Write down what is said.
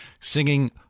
singing